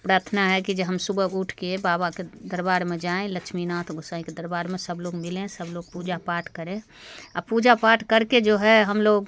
प्रार्थना है कि जे हम सुबह उठ कर बाबा के दरबार में जाएँ लक्ष्मीनाथ गोसाईं के दरबार में सब लोग मिलें सब लोग पूजा पाठ करें आ पूजा पाठ करके जो है हम लोग